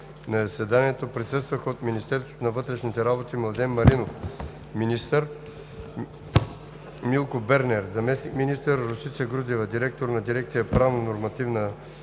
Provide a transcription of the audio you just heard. На заседанието присъстваха – от Министерството на вътрешните работи: Младен Маринов – министър, Милко Бернер – заместник-министър, Росица Грудева – директор на дирекция „Правнонормативна